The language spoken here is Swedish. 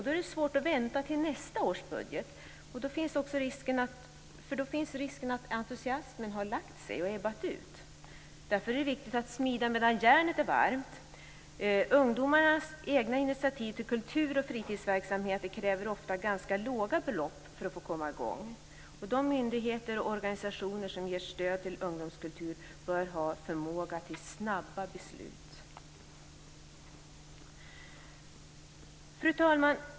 Då är det svårt att vänta till nästa års budget, för då finns risken att entusiasmen har lagt sig och ebbat ut. Därför är det viktigt att smida medan järnet är varmt. Ungdomars egna initiativ till kulturoch fritidsverksamhet kräver ofta ganska låga belopp för att komma i gång. De myndigheter och organisationer som ger stöd till ungdomskultur bör ha förmåga till snabba beslut. Fru talman!